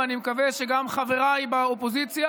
ואני מקווה שגם חבריי באופוזיציה,